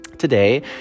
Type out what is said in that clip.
today